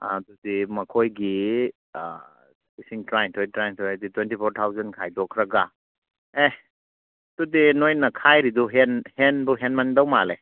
ꯑꯗꯨꯗꯤ ꯃꯈꯣꯏꯒꯤ ꯂꯤꯁꯤꯡ ꯇꯔꯥꯅꯤꯊꯣꯏ ꯇꯔꯥꯅꯤꯊꯣꯏ ꯇ꯭ꯋꯦꯟꯇꯤ ꯐꯣꯔ ꯊꯥꯎꯖꯟ ꯈꯥꯏꯗꯣꯛꯈ꯭ꯔꯒ ꯑꯦꯍ ꯑꯗꯨꯗꯤ ꯅꯣꯏꯅ ꯈꯥꯏꯔꯤꯗꯣ ꯍꯦꯟꯕꯨ ꯍꯦꯟꯃꯟꯕ ꯃꯥꯜꯂꯦ